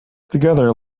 together